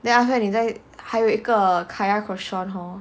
then after that 你在还有一个 kaya croissant hor